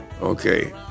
Okay